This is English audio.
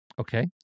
Okay